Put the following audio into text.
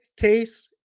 case